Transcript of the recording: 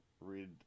read